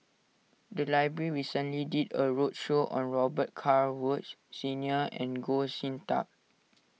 the library recently did a roadshow on Robet Carr Woods Senior and Goh Sin Tub